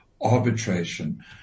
arbitration